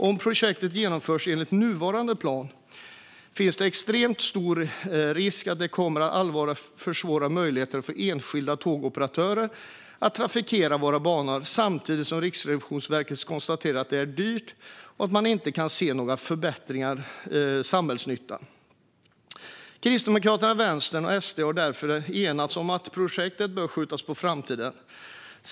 Om projektet genomförs enligt nuvarande plan finns det extremt stor risk att det kommer att allvarligt försvåra möjligheterna för enskilda tågoperatörer att trafikera våra banor samtidigt som Riksrevisionen konstaterar att det är dyrt och att man inte kan se någon förbättrad samhällsnytta. Kristdemokraterna, Vänstern och SD har därför enats om att projektet bör skjutas på framtiden.